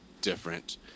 different